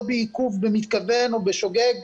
בעיכוב לא במתכוון או בשוגג,